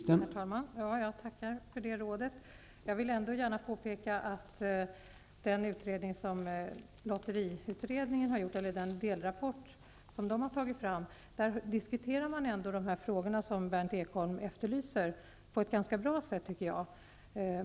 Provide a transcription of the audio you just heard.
Herr talman! Jag tackar för det rådet. Jag vill ändå gärna påpeka att man i delrapporten från lotteriutredningen på ett ganska bra sätt diskuterar de frågor som Berndt Ekholm tar upp.